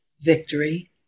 victory